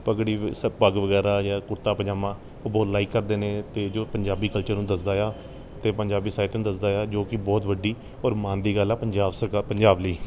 ਪੱਗੜੀ ਵ ਸ ਪੱਗ ਵਗੈਰਾ ਜਾਂ ਕੁੜਤਾ ਪਜਾਮਾ ਉਹ ਬਹੁਤ ਲਾਈਕ ਕਰਦੇ ਨੇ ਅਤੇ ਜੋ ਪੰਜਾਬੀ ਕਲਚਰ ਨੂੰ ਦੱਸਦਾ ਆ ਅਤੇ ਪੰਜਾਬੀ ਸਾਹਿਤ ਨੂੰ ਦੱਸਦਾ ਆ ਜੋ ਕਿ ਬਹੁਤ ਵੱਡੀ ਔਰ ਮਾਣ ਦੀ ਗੱਲ ਆ ਪੰਜਾਬ ਸਰਕਾਰ ਪੰਜਾਬ ਲਈ